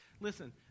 Listen